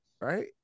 right